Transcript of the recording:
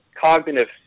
cognitive